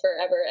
forever